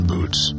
Boots